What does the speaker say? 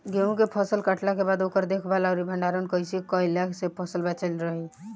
गेंहू के फसल कटला के बाद ओकर देखभाल आउर भंडारण कइसे कैला से फसल बाचल रही?